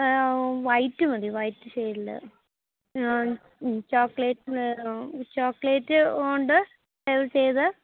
white മതി white ഷെയ്ഡിൽ chocolate വേണോ ചോക്ലേറ്റ് ഉണ്ട് ഫ്ലേവർ ചെയ്തു